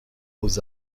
aux